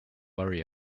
worry